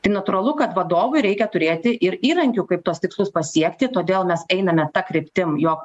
tai natūralu kad vadovui reikia turėti ir įrankių kaip tuos tikslus pasiekti todėl mes einame ta kryptim jog